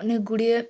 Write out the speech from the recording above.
ଅନେକ ଗୁଡ଼ିଏ